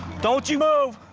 don't you move.